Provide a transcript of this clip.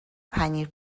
پنیر